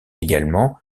également